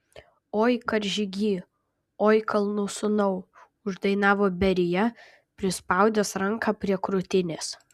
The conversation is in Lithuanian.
oi karžygy oi kalnų sūnau uždainavo berija prispaudęs ranką prie krūtinės